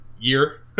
year